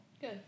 Good